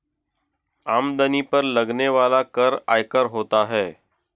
आमदनी पर लगने वाला कर आयकर होता है